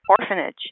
orphanage